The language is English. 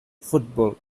football